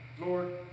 Lord